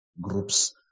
groups